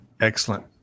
excellent